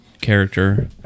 character